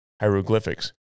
hieroglyphics